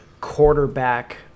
quarterback